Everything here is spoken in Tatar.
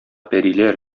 пәриләр